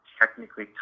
technically